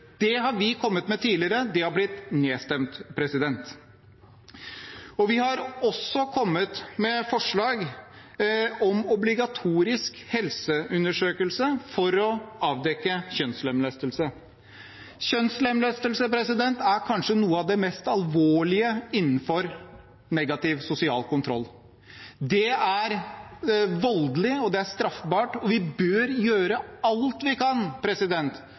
Det har vi kommet med tidligere – det har blitt nedstemt. Vi har også kommet med forslag om obligatorisk helseundersøkelse for å avdekke kjønnslemlestelse. Kjønnslemlestelse er kanskje noe av det mest alvorlige innenfor negativ sosial kontroll. Det er voldelig, og det er straffbart, og vi bør gjøre alt vi kan